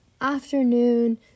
afternoon